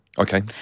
Okay